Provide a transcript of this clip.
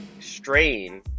strain